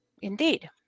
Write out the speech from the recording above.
indeed